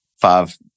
five